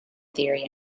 theory